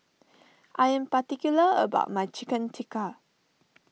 I am particular about my Chicken Tikka